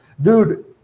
dude